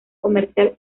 comercial